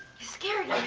scared